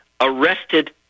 arrested